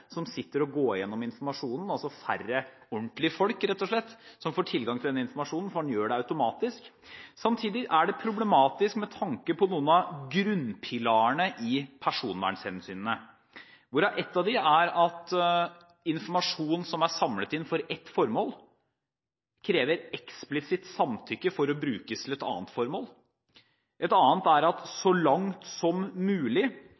fysiske saksbehandlere som går igjennom informasjonen, at det rett og slett er færre ordentlige folk som får tilgang til den informasjonen, fordi en gjør det automatisk. Samtidig er det problematisk med tanke på noen av grunnpilarene i personvernhensynene, hvorav én er at informasjon som er samlet inn for ett formål, krever eksplisitt samtykke for å brukes til et annet. En annen er at man så langt som mulig